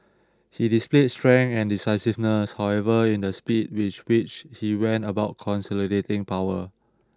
he displayed strength and decisiveness however in the speed with which he went about consolidating power